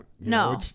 No